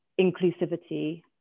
inclusivity